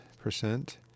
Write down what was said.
percent